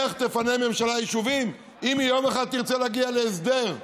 איך תפנה ממשלה יישובים אם היא יום אחד תרצה להגיע להסדר?